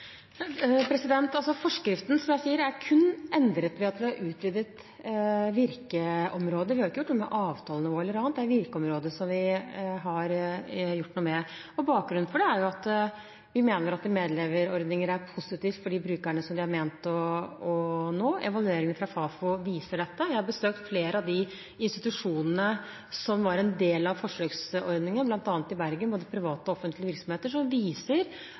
Forskriften er, som jeg sier, kun endret ved at vi har utvidet virkeområdet. Vi har ikke gjort noe med avtalen eller noe annet; det er virkeområdet vi har gjort noe med. Bakgrunnen for det er at vi mener at medleverordninger er positive for de brukerne som de er ment å nå. Evalueringer fra Fafo viser dette. Jeg har besøkt flere av de institusjonene som var en del av forsøksordningen, bl.a. i Bergen, og private offentlige virksomheter, som viser